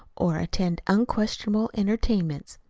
or attend unquestionable entertainments.